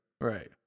Right